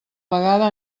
vegada